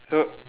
so